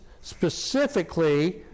specifically